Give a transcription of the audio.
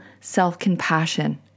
self-compassion